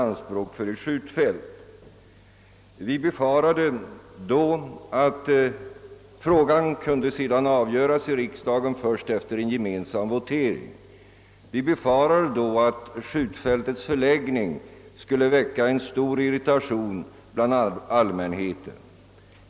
När frågan sedan avgjordes i riksdagen efter gemensam votering befarade vi att skjutfältets förläggning skulle väcka stor irritation bland allmänheten.